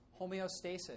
homeostasis